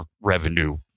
revenue